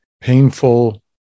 painful